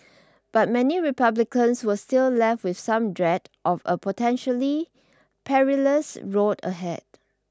but many republicans were still left with some dread of a potentially perilous road ahead